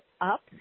up